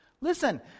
Listen